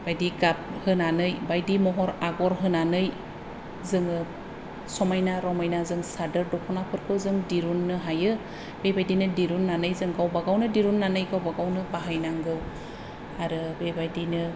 बायदि गाब होनानै बायदि महर आगर होनानै जोङो समायना रमायना जों सादोर द'खनाफोरखौ जों दिरुननो हायो बेबादिनो दिरुनानै जों गावबा गावनो दिरुननानै गावबा गावनो बाहाय नांगौ आरो बेबायदिनो